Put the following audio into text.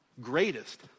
greatest